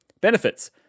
Benefits